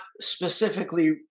specifically